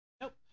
Nope